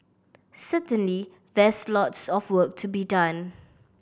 certainly there's lots of work to be done